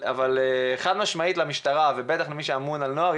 חד משמעית למשטרה ובטח למי שאמון על הנוער,